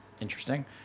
Interesting